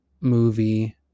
movie